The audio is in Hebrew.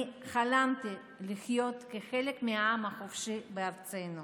אני חלמתי לחיות חלק מעם חופשי בארצנו.